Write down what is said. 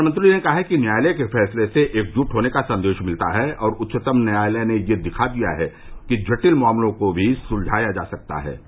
प्रधानमंत्री ने कहा कि न्यायालय के फैसले से एकजुट होने का संदेश मिलता है और उच्चतम न्यायालय ने यह दिखा दिया है कि जटिल मामलों को भी सुलझाया जा सकता है